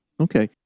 Okay